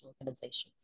organizations